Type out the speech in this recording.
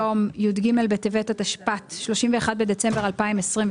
2024) ועד יום י"ג בטבת התשפ"ט (31 בדצמבר 2028)